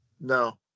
No